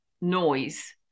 noise